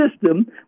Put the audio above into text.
system